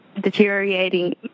deteriorating